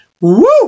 Woo